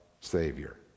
savior